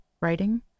writing